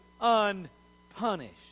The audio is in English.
unpunished